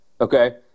Okay